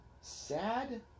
sad